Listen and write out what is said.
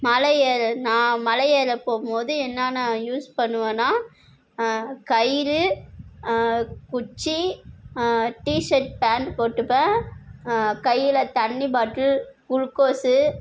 மலையேற்றனா மலையேற போகும்போது என்னென்ன யூஸ் பண்ணுவேனா கயிறு குச்சி டி ஷர்ட் பேண்ட் போட்டுப்பேன் கையில் தண்ணி பாட்டில் குளுக்கோஸூ